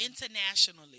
internationally